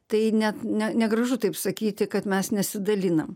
tai net ne negražu taip sakyti kad mes nesidalinam